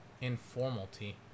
informality